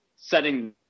setting